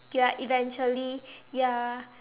you are eventually you are